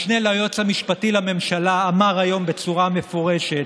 המשנה ליועץ המשפטי לממשלה אמר היום בצורה מפורשת,